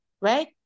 right